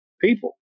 people